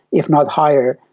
if not higher,